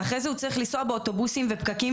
ואחרי זה הוא צריך לנסוע באוטובוסים ופקקים,